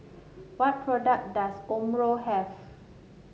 what product does Omron have